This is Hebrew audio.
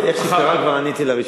איך שהיא קראה כבר עניתי לה.